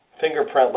fingerprint